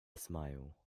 smile